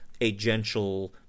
agential